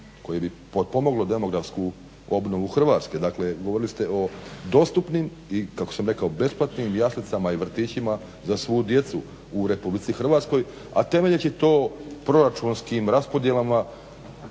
koje bi potpomoglo demografsku obnovu Hrvatske. Dakle govorili se o dostupnim i kako sam rekao besplatnim jaslicama i vrtićima za svu djecu u Republici Hrvatskoj, a temeljeći to proračunskim raspodjelama